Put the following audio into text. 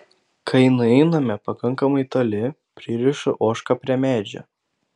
kai nueiname pakankamai toli pririšu ožką prie medžio